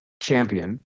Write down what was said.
champion